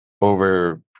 over